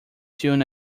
tune